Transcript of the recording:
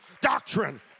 doctrine